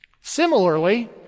Similarly